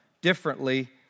differently